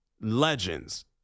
Legends